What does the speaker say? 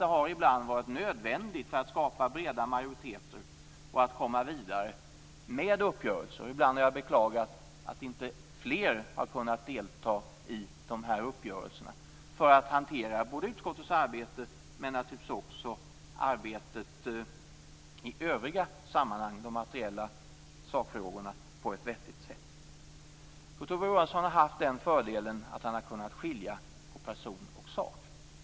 Det har nämligen ibland varit nödvändigt för att kunna skapa breda majoriteter och komma vidare med uppgörelser. Ibland har jag beklagat att inte fler har kunnat delta i uppgörelserna för att hantera såväl utskottets arbete som arbetet i övriga sammanhang, de materiella sakfrågorna, på ett vettigt sätt. Kurt Ove Johansson har haft fördelen att han har kunnat skilja på person och sak.